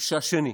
שהשני.